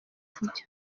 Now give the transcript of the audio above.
kujya